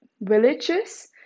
villages